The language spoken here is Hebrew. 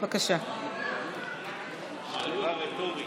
גברתי היושבת-ראש,